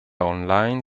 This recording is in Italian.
online